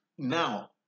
Now